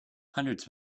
hundreds